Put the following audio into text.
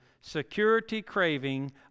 security-craving